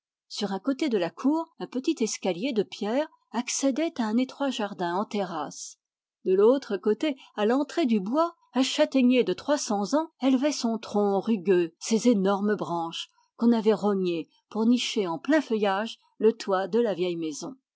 sur un côté de la cour un petit escalier de pierre accédait à un étroit jardin en terrasse de l'autre côté à l'entrée du bois un châtaignier de trois cents ans élevait son tronc rugueux ses énormes branches qu'on avait rognées pour nicher en plein feuillage le toit de la vieille maison